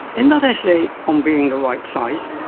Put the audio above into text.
in that essay on being the right size,